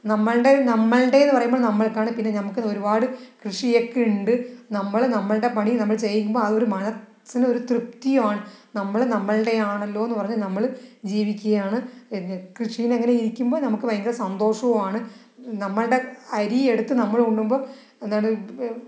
നമ്മളുടെ നമ്മളുടെ എന്നു പറയുമ്പോൾ നമ്മൾക്കാണ് പിന്നെ നമുക്ക് ഇത് ഒരുപാട് കൃഷിയൊക്കെയുണ്ട് നമ്മള് നമ്മളുടെ പണി നമ്മൾ ചെയ്യുമ്പോൾ ആ ഒരു മനസ്സിന് ഒരു തൃപ്തിയുമാണ് നമ്മള് നമ്മളുടെയാണെല്ലോ എന്നു പറഞ്ഞ് നമ്മള് ജീവിക്കുകയാണ് കൃഷിയെന്ന് അങ്ങനെ ഇരിക്കുമ്പോൾ നമുക്ക് ഭയങ്കര സന്തോഷവുമാണ് നമ്മളുടെ അരി എടുത്ത് നമ്മൾ ഉണ്ണുമ്പോൾ എന്താണ്